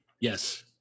Yes